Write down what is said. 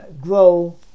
grow